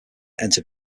enter